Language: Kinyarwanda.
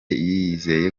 yizeye